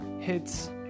hits